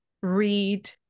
read